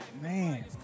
Man